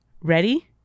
ready